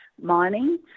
mining